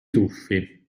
tuffi